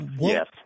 Yes